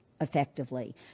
effectively